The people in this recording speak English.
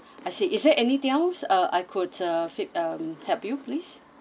I see is there anything else uh I could uh fit um help you please